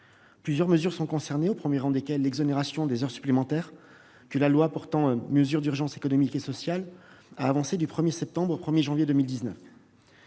Plusieurs mesures sont concernées, au premier rang desquelles l'exonération des heures supplémentaires que la loi portant mesures d'urgence économiques et sociales a avancé du 1 septembre au 1 janvier 2019.